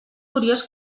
curiós